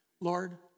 Lord